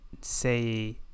say